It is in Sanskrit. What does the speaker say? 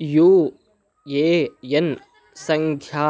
यू ए एन् सङ्ख्या